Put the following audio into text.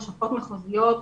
לשכות מחוזיות,